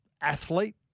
athlete